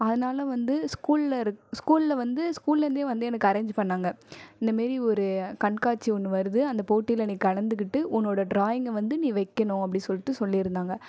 அதனால் வந்து ஸ்கூலில் இருக் ஸ்கூலில் வந்து ஸ்கூல்லருந்தே வந்து எனக்கு அரேன்ஜ் பண்ணாங்க இந்தமாரி ஒரு கண்காட்சி ஒன்று வருது அந்த போட்டியில நீ கலந்துக்கிட்டு உன்னோட ட்ராயிங்கை வந்து நீ வைக்கனும் அப்படின்னு சொல்லிட்டு சொல்லிருந்தாங்க